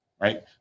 right